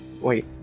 wait